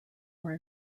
were